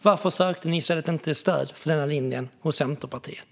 Varför sökte ni inte i stället stöd för denna linje hos Centerpartiet?